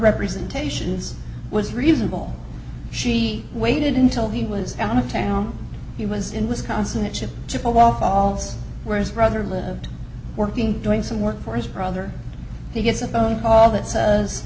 representations was reasonable she waited in well he was out on the town he was in wisconsin a chip chippewa falls where his brother lived working doing some work for his brother he gets a phone call that says